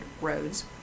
roads